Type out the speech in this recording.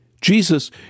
jesus